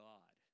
God